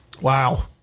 Wow